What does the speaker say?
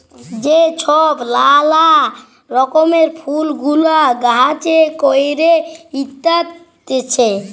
যে ছব লালা রকমের ফুল গুলা গাহাছে ক্যইরে হ্যইতেছে